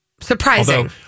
surprising